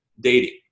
dating